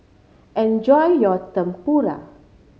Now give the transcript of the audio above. enjoy your Tempura